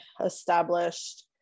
established